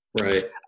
Right